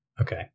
Okay